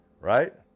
right